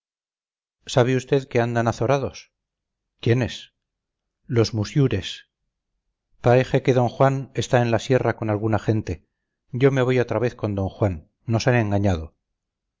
sabe usted que andan azorados quiénes los musiures paeje que d juan está en la sierra con alguna gente yo me voy otra vez con d juan nos han engañado